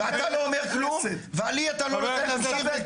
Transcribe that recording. אתה לא אומר כלום ולי אתה לא נותן להמשיך.